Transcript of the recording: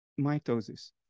mitosis